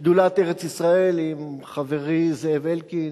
שדולת ארץ-ישראל עם חברי זאב אלקין,